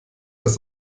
das